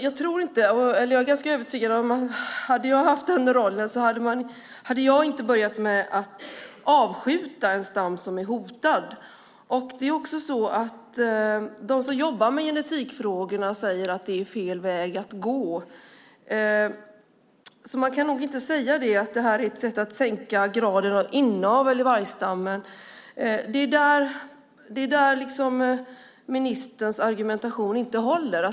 Jag är dock ganska övertygad om att om jag hade haft miljöministerns roll hade jag inte börjat med att avskjuta en stam som är hotad. De som jobbar med genetikfrågorna säger att det är fel väg att gå. Därför kan man nog inte säga att det är ett sätt att sänka graden av inavel i vargstammen. Här håller inte ministerns argumentation.